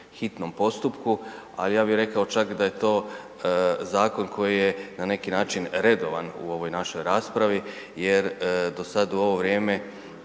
hitnom postupku, al ja bih rekao čak da je to zakon koji je na neki način redovan u ovoj našoj raspravi jer do sad u ovo vrijeme